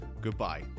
goodbye